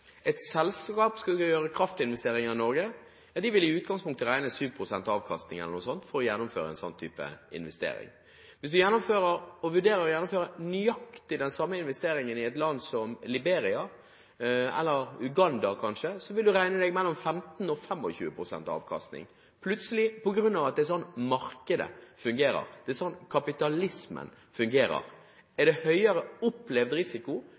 Et selskap som skal gjøre kraftinvesteringer i Norge vil i utgangspunktet regne 7 pst. avkastning eller noe sånt for å gjennomføre en sånn investering. Hvis du vurderer å gjennomføre nøyaktig den samme investeringen i et land som Liberia eller Uganda kanskje, vil du beregne mellom 15 pst. og 25 pst. avkastning – plutselig på grunn av at det er sånn markedet fungerer. Det er sånn kapitalismen fungerer. Er det høyere opplevd risiko,